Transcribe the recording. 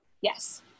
Yes